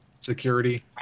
security